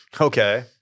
okay